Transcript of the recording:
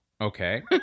Okay